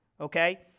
okay